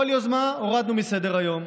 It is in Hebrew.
כל יוזמה הורדנו מסדר-היום.